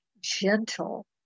gentle